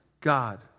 God